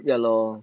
ya lor